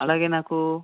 అలాగే నాకు